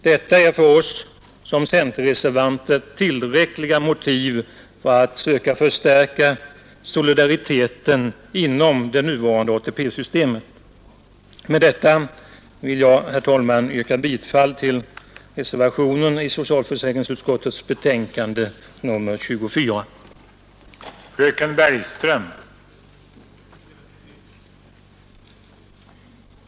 Detta är för oss centerreservanter tillräckliga motiv för att söka förstärka solidariteten inom det nuvarande ATP-systemet. Med detta vill jag, herr talman, yrka bifall till reservationen vid Nr 79 socialförsäkringsutskottets betänkande nr 24. "Tisdagen den